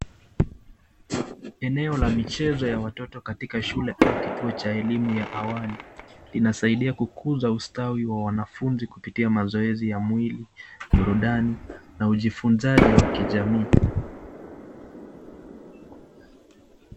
Eneo la michezo ya watoto katika shule au kituo cha elimu ya awali, inasaidia kukuza ustawi ya wanafunzi kupitia mazoezi ya mwili, burudani na ujifunzaji wa kijamii.